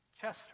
Chester